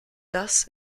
das